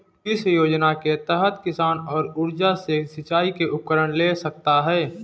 किस योजना के तहत किसान सौर ऊर्जा से सिंचाई के उपकरण ले सकता है?